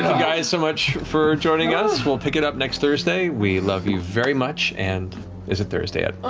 guys, so much for joining us. we'll pick it up next thursday. we love you very much. and is it thursday yet?